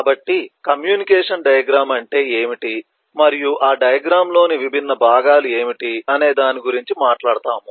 కాబట్టి communication diagram అంటే ఏమిటి మరియు ఆ డయాగ్రమ్ లోని విభిన్న భాగాలు ఏమిటి అనే దాని గురించి మాట్లాడుతాము